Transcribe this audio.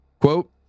Quote